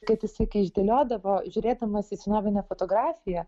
kad jisai kai išdėliodavo žiūrėdamas į senovinę fotografiją